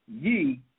ye